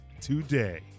today